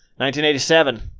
1987